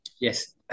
Yes